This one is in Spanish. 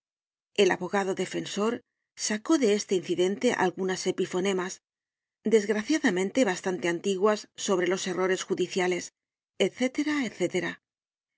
el abogado defensor sacó de este incidente algunas epifonemas desgraciadamente bastante antiguas sobre los errores judiciales